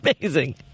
amazing